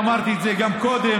ואמרתי את זה גם קודם,